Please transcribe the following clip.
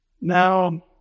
now